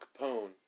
Capone